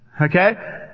Okay